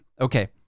Okay